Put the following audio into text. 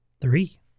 Three